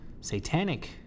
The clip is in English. satanic